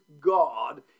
God